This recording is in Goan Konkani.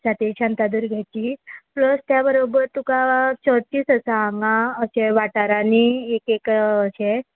साते शांतादुर्गाची प्लस त्या बरोबर तुका चर्चीस आसा हांगा अशे वाठारांनी एक एक अशें